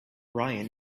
brian